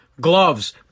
Gloves